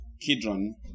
Kidron